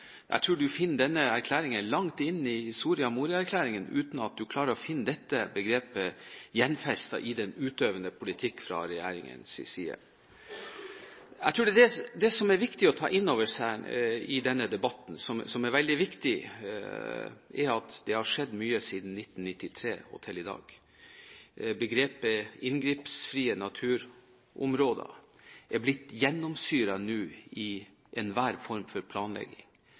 Jeg tror du finner dette begrepet langt inne i Soria Moria-erklæringen uten at du klarer å finne det gjenfestet i den utøvende politikken fra regjeringens side. Jeg tror at det som er viktig å ta inn over seg i denne debatten, som er veldig viktig, er at det har skjedd mye fra 1993 og til i dag. Begrepet inngrepsfrie naturområder gjennomsyrer nå enhver form for planlegging.